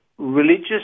Religious